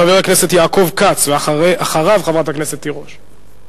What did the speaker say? חבר הכנסת יעקב כץ, ואחריו, חברת הכנסת תירוש.